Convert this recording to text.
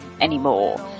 anymore